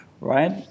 right